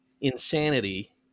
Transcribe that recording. insanity